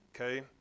Okay